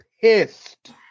pissed